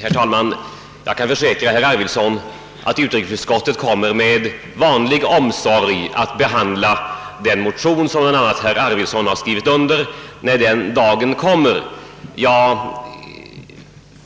Herr talman! Jag kan försäkra herr Arvidson att utrikesutskottet med vanlig omsorg skall behandla den motion, som herr Arvidson talar om, när den dagen kommer. Jag